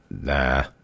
nah